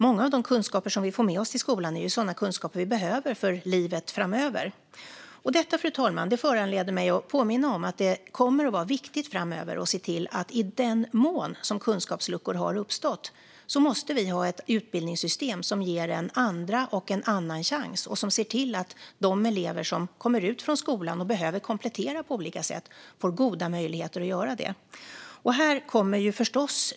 Många av de kunskaper vi får med oss från skolan är sådana kunskaper som vi behöver för livet framöver. Detta, fru talman, föranleder mig att påminna om att det kommer att vara viktigt framöver att se till att vi, i den mån kunskapsluckor har uppstått, måste ha ett utbildningssystem som ger en andra och en annan chans och som ser till att de elever som kommer ut från skolan och behöver komplettera på olika sätt får goda möjligheter att göra detta.